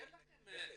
בהחלט.